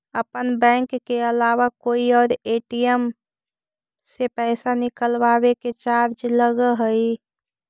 अपन बैंक के अलावा कोई और ए.टी.एम से पइसा निकलवावे के चार्ज लगऽ हइ